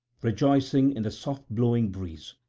rejoicing in the soft-blowing breeze,